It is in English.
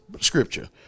scripture